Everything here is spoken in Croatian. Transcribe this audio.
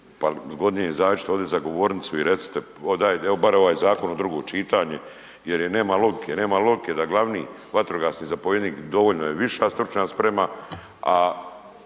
pa zgodnije izađite ovdje za govornicu i recite dajte evo bar ovaj zakon u drugo čitanje jer je, nema logike, nema logike da glavni vatrogasni zapovjednik dovoljno je viša stručna sprema, a